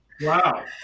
wow